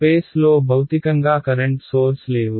space లో భౌతికంగా current source లేవు